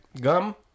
gum